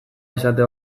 esate